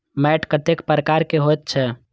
मैंट कतेक प्रकार के होयत छै?